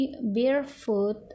barefoot